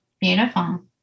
beautiful